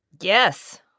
Yes